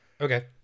okay